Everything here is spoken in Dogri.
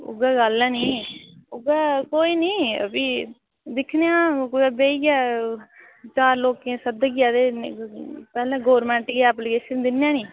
उ'ऐ गल्ल ऐ निं उ'ऐ कोई निं भी दिक्खने आं कुतै बेहियै चार लोकें ई सद्दियै ते पैह्लें गौरमेंट गी ऐप्लिकेशन दिन्ने आं नी